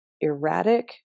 erratic